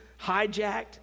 hijacked